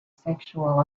sexual